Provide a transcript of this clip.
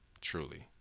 Truly